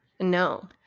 No